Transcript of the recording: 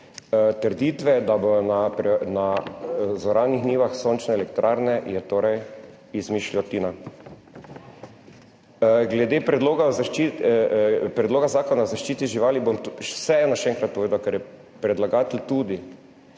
Trditve, da bodo na zoranih njivah sončne elektrarne, je torej izmišljotina. Glede Predloga Zakona o zaščiti živali bom vseeno še enkrat povedal, ker je predlagatelj tudi.